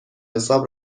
حساب